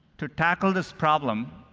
to tackle this problem,